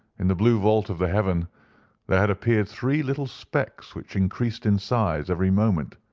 in the blue vault of the heaven there had appeared three little specks which increased in size every moment,